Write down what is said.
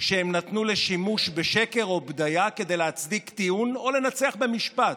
שהם נתנו לשימוש בשקר או בדיה כדי להצדיק טיעון או לנצח במשפט.